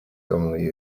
commonly